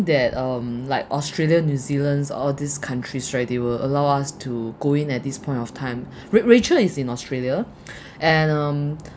that um like australia new zealand all these countries right they will allow us to go in at this point of time ra~ rachel is in australia and um